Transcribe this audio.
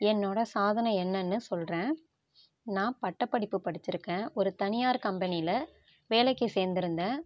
என்னோட சாதனை என்னன்னு சொல்கிறேன் நான் பட்ட படிப்பு படித்திருக்கேன் ஒரு தனியார் கம்பெனியில் வேலைக்கு சேந்திருந்தேன்